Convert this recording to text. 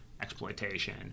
exploitation